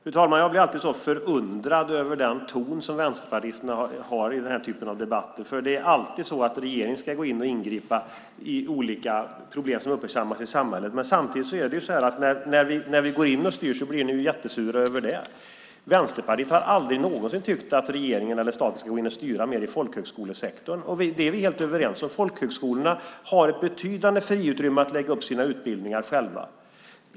Fru talman! Jag blir alltid så förundrad över den ton som vänsterpartisterna har i den här typen av debatter. Det är alltid så att regeringen ska ingripa i olika problem som uppmärksammas i samhället. Men när vi går in och styr blir ni jättesura över det. Vänsterpartiet har aldrig någonsin tyckt att regeringen eller staten ska styra mer i folkhögskolesektorn. Det är vi helt överens om. Folkhögskolorna har ett betydande friutrymme att lägga upp sina utbildningar själva.